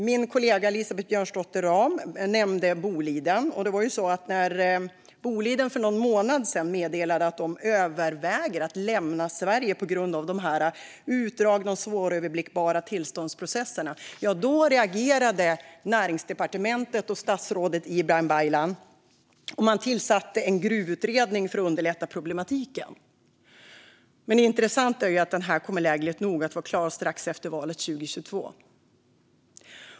Min kollega Elisabeth Björnsdotter Rahm nämnde Boliden. När Boliden för någon månad sedan meddelade att de överväger att lämna Sverige på grund av de utdragna och svåröverblickbara tillståndsprocesserna reagerade Näringsdepartementet och statsrådet Ibrahim Baylan: Man tillsatte en gruvutredning för att underlätta problematiken. Det intressanta är att den lägligt nog kommer att vara klar strax efter valet 2022.